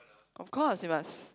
of course you must